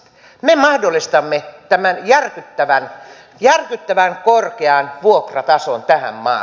me mahdollistamme tämän järkyttävän korkean vuokratason tähän maahan